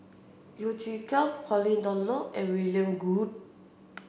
Yeo Chee Kiong Pauline Dawn Loh and William Goode